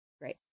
great